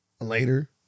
later